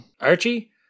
Archie